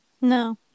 No